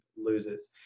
loses